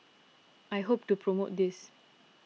I hope to promote this